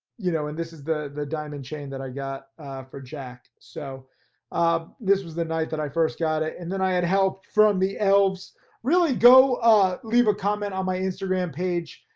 you know, and this is the the diamond chain that i got for jack. so um this was the night that i first got it. and then i had help from the elves really go ah leave a comment on my instagram page,